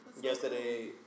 Yesterday